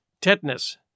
Tetanus